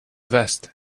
vest